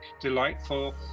delightful